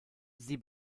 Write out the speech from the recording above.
sie